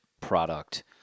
product